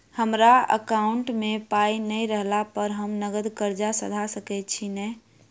हमरा एकाउंट मे पाई नै रहला पर हम नगद कर्जा सधा सकैत छी नै?